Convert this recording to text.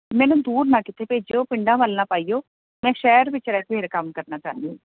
madam ਦੂਰ ਨਾ ਕਿਤੇ ਭੇਜਿਓ ਪਿੰਡਾਂ ਵੱਲ ਨਾ ਪਾਇਓ ਮੈਂ ਸ਼ਹਿਰ ਵਿੱਚ ਰਹਿ ਕੇ ਮੇਰਾ ਕੰਮ ਕਰਨਾ ਚਾਹੁੰਦੀ